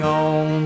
on